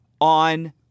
on